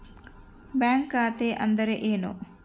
Bank ಖಾತೆ ಅಂದರೆ ಏನು?